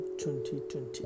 2020